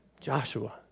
Joshua